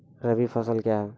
रबी फसल क्या हैं?